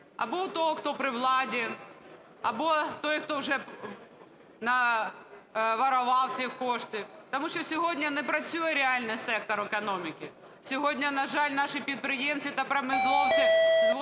Або у того, хто при владі, або той, хто вже накрав ці кошти. Тому що сьогодні не працює реальний сектор економіки. Сьогодні, на жаль, наші підприємці та промисловці